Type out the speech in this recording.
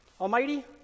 Almighty